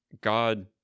God